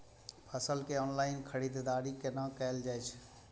फसल के ऑनलाइन खरीददारी केना कायल जाय छै?